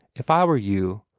if i were you,